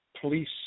police